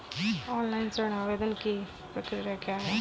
Online ऋण आवेदन की प्रक्रिया क्या है?